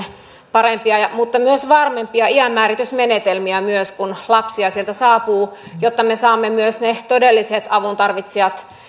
parempia mutta myös varmempia iänmääritysmenetelmiä kun lapsia sieltä saapuu jotta me saamme myös ne todelliset avuntarvitsijat